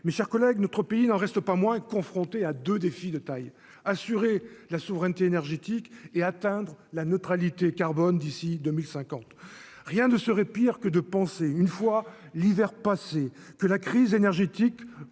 mais, chers collègues, notre pays n'en reste pas moins confronté à 2 défis de taille : assurer la souveraineté énergétique et atteindre la neutralité carbone d'ici 2050, rien ne serait pire que de penser une fois l'hiver passé, que la crise énergétique